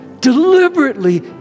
deliberately